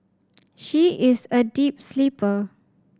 she is a deep sleeper